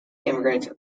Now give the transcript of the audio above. immigrant